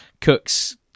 Cook's